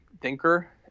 thinker